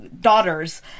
daughters